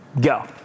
Go